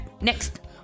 Next